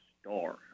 star